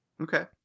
Okay